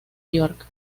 york